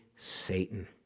Satan